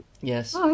Yes